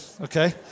okay